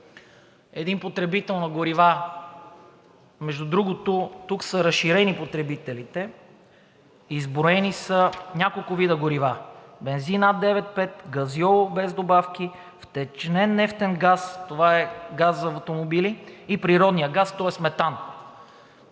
един потребител на горива… Между другото, тук са разширени потребителите, изброени са няколко вида горива – бензин А 95, газьол без добавки, втечнен нефтен газ, това е газ за автомобили, и природният газ, тоест метан.